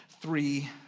three